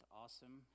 awesome